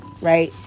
right